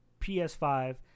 PS5